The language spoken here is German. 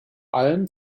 allem